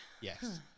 Yes